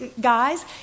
guys